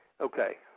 Okay